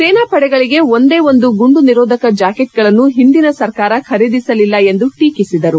ಸೇನಾಪಡೆಗಳಿಗೆ ಒಂದೇ ಒಂದು ಗುಂಡು ನಿರೋಧಕ ಜಾಕೆಟ್ಗಳನ್ನು ಹಿಂದಿನ ಸರ್ಕಾರ ಖರೀದಿಸಲಿಲ್ಲ ಎಂದು ಟೀಕಿಸಿದರು